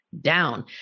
down